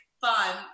fun